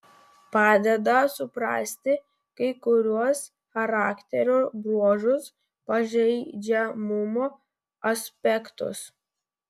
padeda suprasti kai kuriuos charakterio bruožus pažeidžiamumo aspektus